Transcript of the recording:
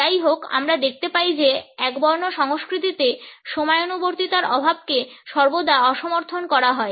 যাইহোক আমরা দেখতে পাই যে একবর্ণ সংস্কৃতিতে সময়ানুবর্তিতার অভাবকে সর্বদা অসমর্থন করা হয়